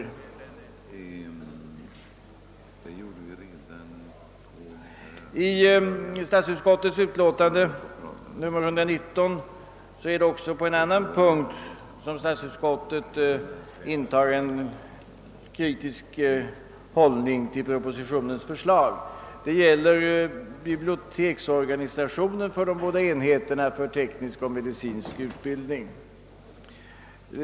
Också på en annan punkt i sitt utlåtande nr 119 intar statsutskottet en kritisk hållning till propositionens förslag, nämligen i fråga om biblioteksorganisationen för de båda enheterna för teknisk och medicinsk utbildning.